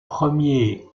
premier